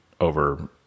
over